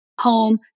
home